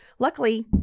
Luckily